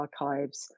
archives